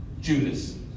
Judas